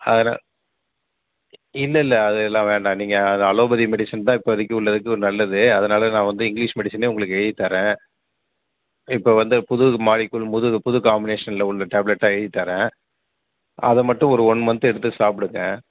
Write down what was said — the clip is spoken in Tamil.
அதலாம் இல்லை இல்லை அதலாம் வேண்டாம் நீங்கள் அலோ அலோபதி மெடிசன் தான் இப்போதைக்கு உள்ளதுக்கு ஒரு நல்லது அதனால் நான் வந்து இங்கிலீஷ் மெடிசனே உங்களுக்கு எழுதி தரேன் இப்போது வந்து புது மாலிக்குல் புது புது காம்பினேஷனில் உள்ள டேப்லெட்டாக எழுதி தரேன் அதை மட்டும் ஒரு ஒன் மந்த்து எடுத்து சாப்பிடுங்க